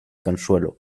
consuelo